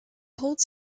holds